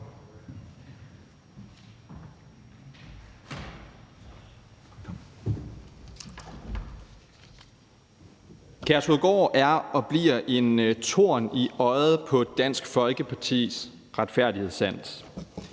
Kærshovedgård er og bliver en torn i øjet på Dansk Folkepartis retfærdighedssans.